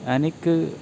आनीक